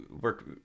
work